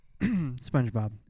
Spongebob